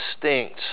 distinct